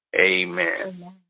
Amen